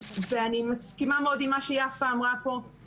אני מסכימה מאוד עם מה שאמרה כאן יפה בן דוד.